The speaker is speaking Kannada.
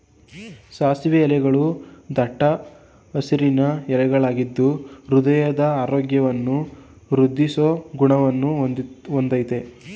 ಸಾಸಿವೆ ಎಲೆಗಳೂ ದಟ್ಟ ಹಸಿರಿನ ಎಲೆಗಳಾಗಿದ್ದು ಹೃದಯದ ಆರೋಗ್ಯವನ್ನು ವೃದ್ದಿಸೋ ಗುಣವನ್ನ ಹೊಂದಯ್ತೆ